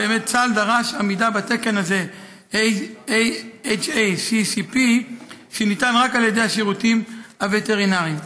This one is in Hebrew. צה"ל דרש עמידה בתקן HACCP הזה שניתן רק על ידי השירותים הווטרינריים.